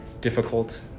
difficult